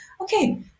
Okay